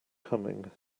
coming